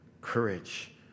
courage